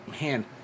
Man